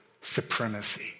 supremacy